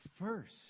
first